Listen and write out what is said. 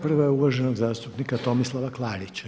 Prva je uvaženog zastupnika Tomislava Klarića.